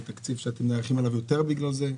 זה תקציב שאתם נערכים אליו יותר בגלל זה?